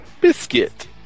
Biscuit